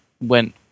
went